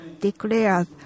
declares